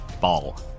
ball